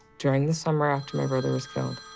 during the summer after my brother was killed,